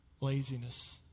laziness